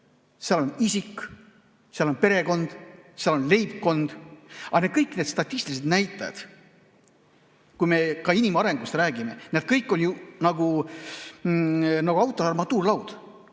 Seal on isik, seal on perekond, seal on leibkond. Aga kõik need statistilised näitajad, kui me ka inimarengust räägime, on nagu auto armatuurlaud.